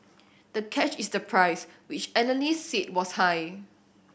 the catch is the price which analysts seed was high